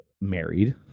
married